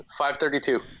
532